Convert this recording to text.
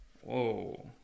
Whoa